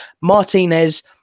Martinez